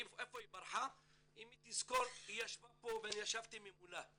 היא ישבה פה וישבתי ממולה,